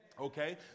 Okay